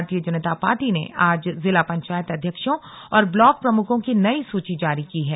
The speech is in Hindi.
भारतीय जनता पार्टी ने आज जिला पंचायत अध्यक्षों और ब्लॉक प्रमुखों की नई सूची जारी की है